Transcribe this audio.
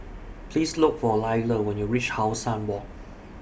Please Look For Lyle when YOU REACH How Sun Walk